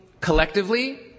collectively